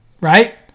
right